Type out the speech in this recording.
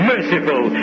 Merciful